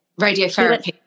radiotherapy